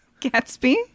Gatsby